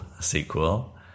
sequel